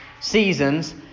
seasons